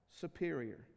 superior